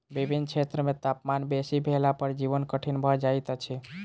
विभिन्न क्षेत्र मे तापमान बेसी भेला पर जीवन कठिन भ जाइत अछि